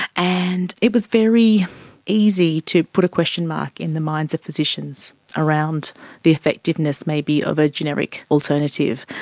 and it was very easy to put a question mark in the minds of physicians around the effectiveness maybe of a generic alternative.